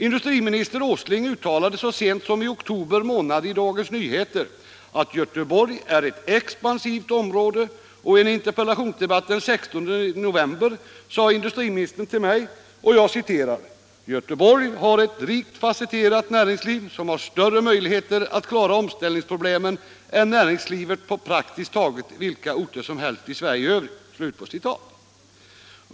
Industriminister Åsling uttalade så sent som i oktober månad i Dagens Nyheter att Göteborg är ett expansivt område, och i en interpellationsdebatt den 16 november sade industriministern till mig att ”Göteborg har ett rikt fasetterat näringsliv, som har större möjligheter att klara omställningsproblemen än näringslivet på praktiskt taget vilka orter som helst i Sverige i övrigt”.